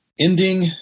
ending